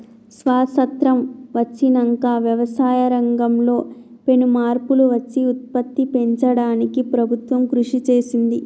స్వాసత్రం వచ్చినంక వ్యవసాయ రంగం లో పెను మార్పులు వచ్చి ఉత్పత్తి పెంచడానికి ప్రభుత్వం కృషి చేసింది